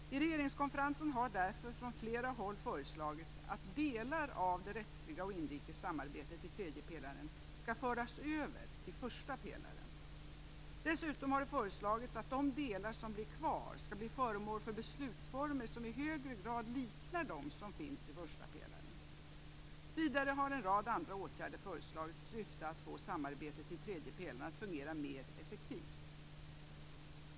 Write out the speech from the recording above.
I regeringskonferensen har därför från flera håll föreslagits att delar av det rättsliga och inrikes samarbetet i tredje pelaren skall föras över till första pelaren. Dessutom har det föreslagits att de delar som blir kvar skall bli föremål för beslutsformer som i högre grad liknar dem som finns i första pelaren. Vidare har en rad andra åtgärder föreslagits i syfte att få samarbetet i tredje pelaren att fungera mer effektivt.